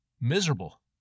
miserable